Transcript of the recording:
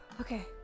okay